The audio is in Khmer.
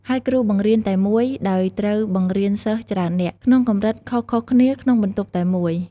ហើយគ្រូបង្រៀនតែមួយ ដោយត្រូវបង្រៀនសិស្សច្រើននាក់ ក្នុងកម្រិតខុសៗគ្នាក្នុងបន្ទប់តែមួយ។